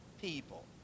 people